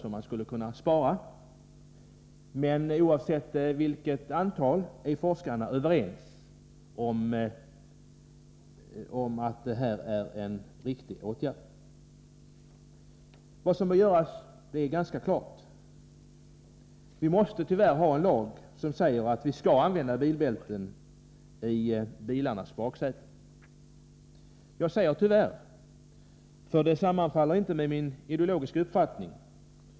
Men oavsett vilket antal det handlar om är forskarna överens om att det här är en viktig åtgärd. Vad som bör göras är ganska klart — vi måste tyvärr ha en lag som säger att vi skall använda bilbälte i bilarnas baksäten. Jag säger tyvärr, eftersom det inte sammanfaller med min ideologiska uppfattning.